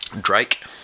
Drake